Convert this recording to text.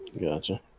Gotcha